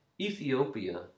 Ethiopia